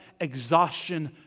exhaustion